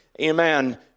amen